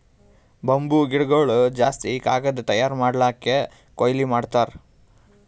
bamboo ಗಿಡಗೊಳ್ ಜಾಸ್ತಿ ಕಾಗದ್ ತಯಾರ್ ಮಾಡ್ಲಕ್ಕೆ ಕೊಯ್ಲಿ ಮಾಡ್ತಾರ್